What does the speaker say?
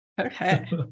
Okay